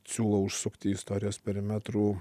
siūlau užsukti istorijos perimetrų